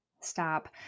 Stop